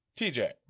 TJ